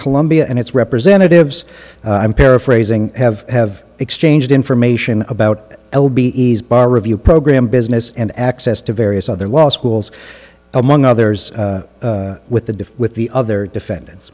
columbia and its representatives i'm paraphrasing have have exchanged information about l b e's bar review program business and access to various other law schools among others with the diff with the other defendants